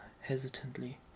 hesitantly